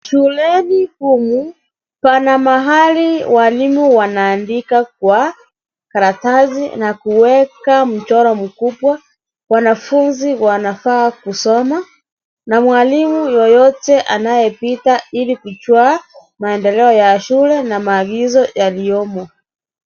Shuleni humu pana mahali walimu wanaandika kwa karatasi na kuweka mchoro mkubwa. Wanafunzi wanafaa kusoma na mwalimu yoyote anayepita ili kujua maendeleo ya shule na maagizo yaliyomo.